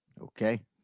Okay